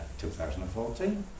2014